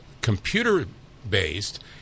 computer-based